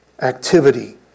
activity